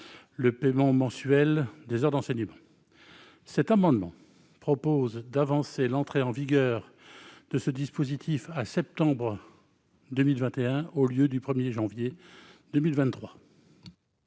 le paiement mensuel de ces heures d'enseignement. Le présent amendement a pour objet d'avancer l'entrée en vigueur de ce dispositif au 1 septembre 2021, au lieu du 1 janvier 2023.